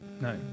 No